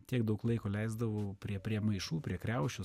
tiek daug laiko leisdavau prie prie maišų prie kriaušių